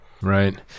Right